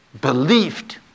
believed